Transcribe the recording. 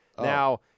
now